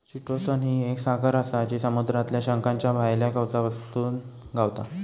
chitosan ही एक साखर आसा जी समुद्रातल्या शंखाच्या भायल्या कवचातसून गावता